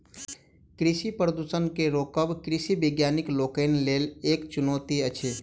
कृषि प्रदूषण के रोकब कृषि वैज्ञानिक लोकनिक लेल एक चुनौती अछि